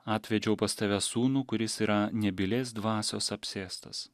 atvedžiau pas tave sūnų kuris yra nebylės dvasios apsėstas